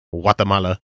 Guatemala